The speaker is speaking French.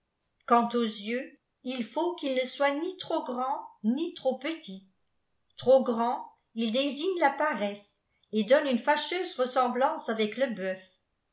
ôuant aux yeux il faut qu ils ne soient ni ttojp gtnds nî ititp petits trop grands ils désignent la paresse et dohnnt une fttciieuse ressemblance avec le oœuf